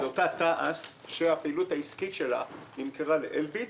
זו אותה תע"ש שהפעילות העסקית שלה נמכרה לאלביט,